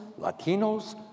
Latinos